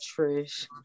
Trish